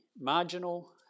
marginal